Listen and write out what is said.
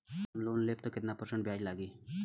हम लोन लेब त कितना परसेंट ब्याज लागी?